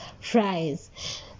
fries